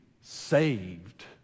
saved